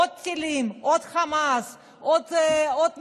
עוד טילים, עוד חמאס, עוד מנהרות?